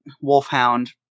wolfhound